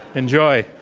enjoy.